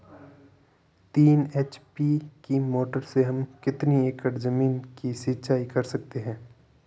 तीन एच.पी की मोटर से हम कितनी एकड़ ज़मीन की सिंचाई कर सकते हैं?